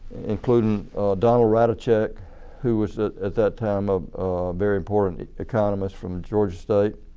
including donald ratajczak who was at that time a very important economist from georgia state,